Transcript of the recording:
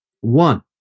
one